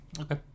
okay